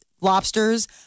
lobsters